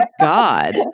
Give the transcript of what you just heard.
God